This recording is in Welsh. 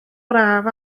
braf